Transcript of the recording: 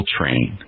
Train